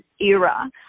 era